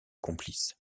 complices